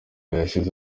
yashyize